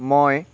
মই